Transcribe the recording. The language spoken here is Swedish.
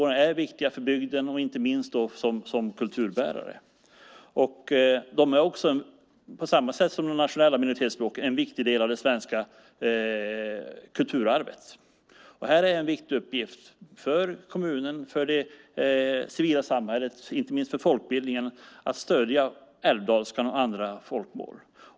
De är viktiga för bygden och inte minst som kulturbärare. De är också, på samma sätt som de nationella minoritetsspråken, en viktig del av det svenska kulturarvet. Här är en viktig uppgift för kommunen och för det civila samhället, inte minst för folkbildningen, att stödja älvdalskan och andra folkmål.